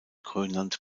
grönland